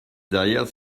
derrière